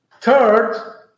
Third